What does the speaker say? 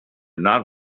not